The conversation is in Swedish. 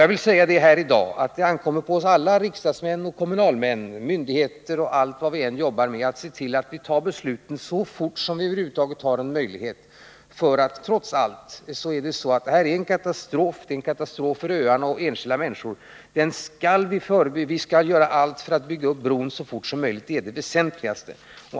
Jag vill här i dag säga att det ankommer på oss alla — riksdagsmän, kommunalmän och myndigheter, vad vi än jobbar med -— att se till att fatta beslut så fort som vi över huvud taget har möjlighet till. Trots allt är detta en katastrof för öarna och för enskilda människor. Vi skall göra allt för att bygga upp bron så fort som möjligt — det är det väsentligaste.